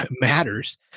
matters